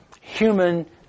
human